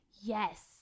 Yes